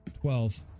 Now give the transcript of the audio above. Twelve